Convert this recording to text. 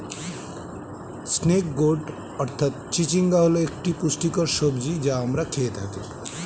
snake gourd অর্থাৎ চিচিঙ্গা হল একটি পুষ্টিকর সবজি যা আমরা খেয়ে থাকি